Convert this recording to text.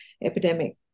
epidemic